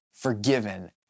forgiven